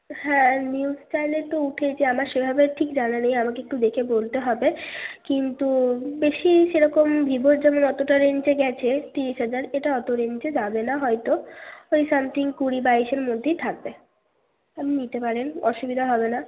হ্যাঁ নিউ স্টাইলের তো উঠেছে আমার সেভাবে ঠিক জানা নেই আমাকে একটু দেখে বলতে হবে কিন্তু বেশি সেরকম ভিভোর জন্য যতটা রেঞ্জে গেছে তিরিশ হাজার এটা অত রেঞ্জে যাবে না হয়তো ঐ সামথিং কুড়ি বাইশের মধ্যেই থাকবে আপনি নিতে পারেন অসুবিধা হবে না